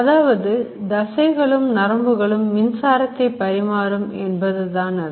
அதாவது தசைகளும் நரம்புகளும் மின்சாரத்தை பரிமாறும் என்பதுதான் அது